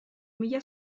mila